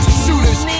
shooters